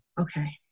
Okay